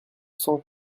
cent